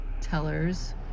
tellers